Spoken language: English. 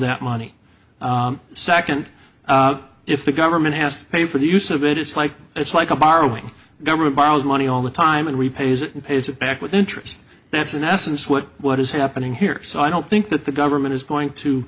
that money second if the government has to pay for the use of it it's like it's like a borrowing the government borrows money all the time and repays it and pays it back with interest that's in essence what what is happening here so i don't think that the government is going to